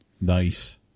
Nice